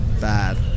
bad